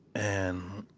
and,